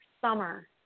summer